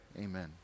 amen